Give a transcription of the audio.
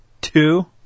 two